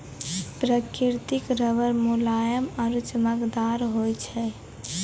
प्रकृतिक रबर मुलायम आरु चमकदार होय छै